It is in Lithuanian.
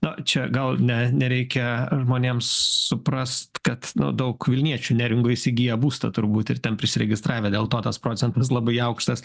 na čia gal ne nereikia žmonėms suprast kad nu daug vilniečių neringoj įsigiję būstą turbūt ir ten prisiregistravę dėl to tas procentas labai aukštas